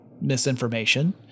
misinformation